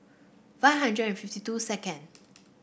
five hundred and fifty two second